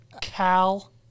Cal